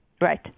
Right